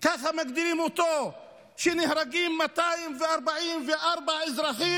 כך מגדירים אותו, כשנהרגים 244 אזרחים,